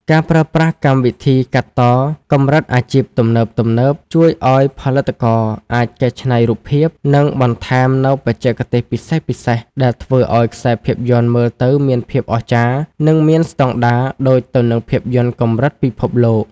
ការប្រើប្រាស់កម្មវិធីកាត់តកម្រិតអាជីពទំនើបៗ ជួយឱ្យផលិតករអាចកែច្នៃរូបភាព និងបន្ថែមនូវបច្ចេកទេសពិសេសៗដែលធ្វើឱ្យខ្សែភាពយន្តមើលទៅមានភាពអស្ចារ្យ និងមានស្ដង់ដារដូចទៅនឹងភាពយន្តកម្រិតពិភពលោក។